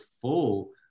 full